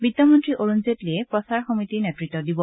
বিত্তমন্ত্ৰী অৰুণ জেটলীয়ে প্ৰচাৰ সমিতিৰ নেতৃত্ব দিব